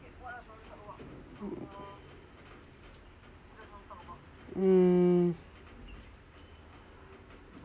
mm